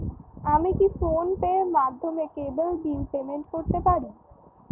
আমি কি ফোন পের মাধ্যমে কেবল বিল পেমেন্ট করতে পারি?